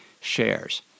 shares